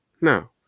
Now